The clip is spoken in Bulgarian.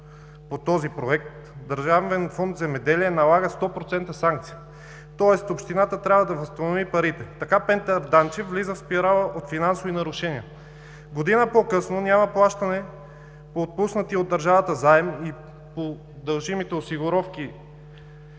по този проект, Държавен фонд „Земеделие“ налага сто процента санкция, тоест общината трябва да възстанови парите. Така Петър Данчев влиза в спирала от финансови нарушения. Година по-късно няма плащане по отпуснатия от държавата заем и по дължимите осигуровки.